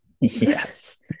Yes